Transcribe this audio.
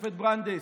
השופט ברנדס: